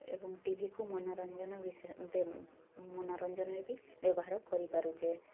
ଏବଂ ଟିଭିକୁ ମନୋରଞ୍ଜନ ବିଷୟ ମନୋରଞ୍ଜନରେ ବି ବ୍ୟବହାର କରିପାରୁଛେ